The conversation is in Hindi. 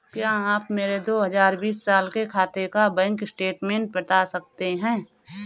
क्या आप मेरे दो हजार बीस साल के खाते का बैंक स्टेटमेंट बता सकते हैं?